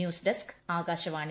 news desk Akashvani